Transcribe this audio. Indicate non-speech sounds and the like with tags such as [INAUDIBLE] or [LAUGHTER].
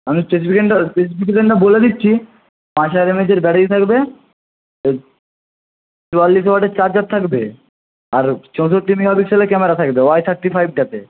আমি [UNINTELLIGIBLE] বলে দিচ্ছি পাঁচহাজার এমএইচের ব্যাটারি থাকবে ও চুয়াল্লিশ ওয়াটের চার্জার থাকবে আর হচ্ছে চৌষট্টি মেগা পিক্সেলের ক্যামেরা থাকবে ওয়াই থার্টি ফাইভটাতে